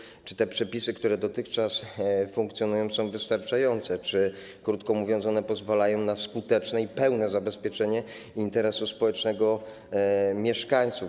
Chodzi o to, czy te przepisy, które dotychczas funkcjonują, są wystarczające, czy, krótko mówiąc, one pozwalają na skuteczne i pełne zabezpieczenie interesu społecznego mieszkańców.